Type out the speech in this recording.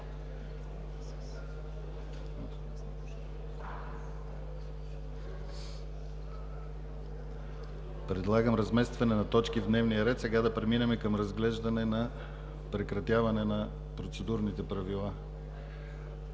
Предлагам разместване на точки в дневния ред – сега да преминем към разглеждане на прекратяване на Процедурните правила